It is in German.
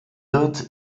wird